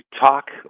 talk